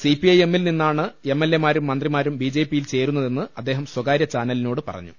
സിപിഐഎമ്മിൽ നിന്നാണ് എം എൽ എമാരും മന്ത്രിമാരും ബി ജെപിയിൽ ചേരുന്നതെന്ന് അദ്ദേഹം സ്വകാര്യ ചാനലിനോട് പറഞ്ഞു